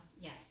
yes